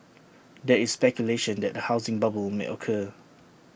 there is speculation that A housing bubble may occur